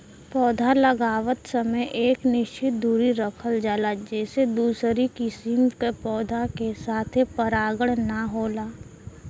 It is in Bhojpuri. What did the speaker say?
पौधा लगावत समय एक निश्चित दुरी रखल जाला जेसे दूसरी किसिम के पौधा के साथे परागण ना होला